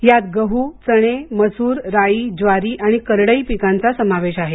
यात गहू चणे मसूर राई ज्वारी आणि करडई पिकांचा समावेश आहे